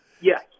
Yes